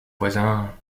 voisins